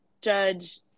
judge